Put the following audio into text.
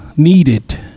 Needed